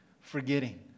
forgetting